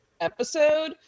episode